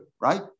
right